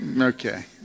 Okay